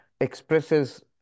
expresses